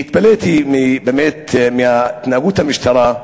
והתפלאתי על התנהגות המשטרה,